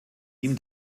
ihm